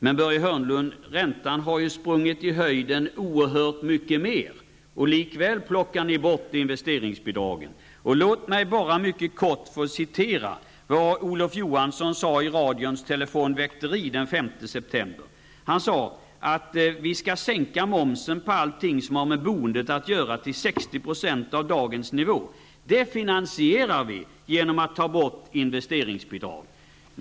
Men, Börje Hörnlund, räntan har sprungit i höjden oerhört mycket mer, och likväl plockar ni bort investeringsbidragen. september, att momsen skall sänkas på allt som har med boende att göra till 60 % av dagens nivå. Det finansieras genom att man tar bort investeringsbidrag.